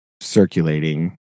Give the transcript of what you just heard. circulating